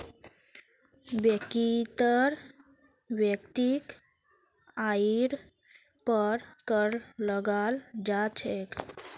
व्यक्तिर वैयक्तिक आइर पर कर लगाल जा छेक